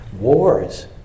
Wars